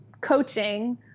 coaching